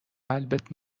قلبت